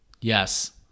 Yes